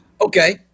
Okay